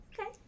Okay